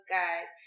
guys